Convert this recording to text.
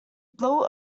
blow